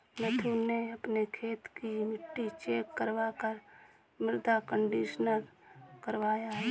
नथु ने अपने खेत की मिट्टी चेक करवा कर मृदा कंडीशनर करवाया